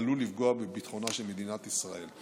עלול לפגוע בביטחונה של מדינת ישראל.